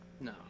No